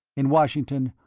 in washington,